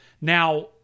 Now